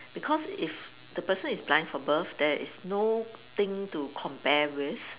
because if the person is blind from birth there is no thing to compare with